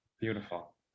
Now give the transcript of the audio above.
beautiful